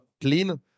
clean